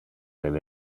del